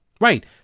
Right